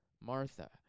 Martha